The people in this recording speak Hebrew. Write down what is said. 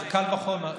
אז קל וחומר.